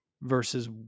versus